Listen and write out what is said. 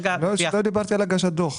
לא דיברתי על הגשת דוח.